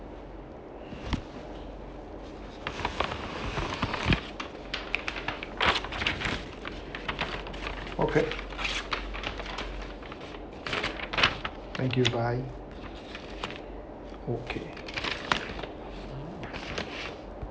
okay thank you bye okay